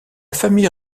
famille